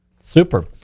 Super